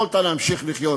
יכולת להמשיך לחיות.